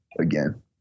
again